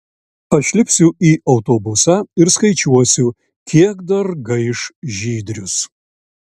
aš lipsiu į autobusą ir skaičiuosiu kiek dar gaiš žydrius